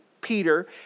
Peter